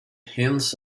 hints